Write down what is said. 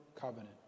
covenant